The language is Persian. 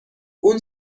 اون